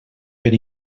per